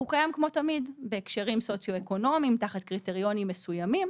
הוא קיים כמו תמיד בהקשרים סוציו-אקונומיים תחת קריטריונים מסוימים.